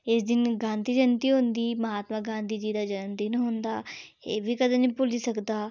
ते इस दिन गांधी जयंती होंदी महात्मा गांधी जी दा जनमदिन होंदा एह्बी कदें भुल्ली निं सकदा